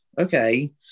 Okay